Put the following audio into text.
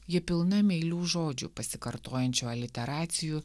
ji pilna meilių žodžių pasikartojančių aliteracijų